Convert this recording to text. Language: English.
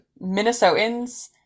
Minnesotans